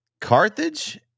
Carthage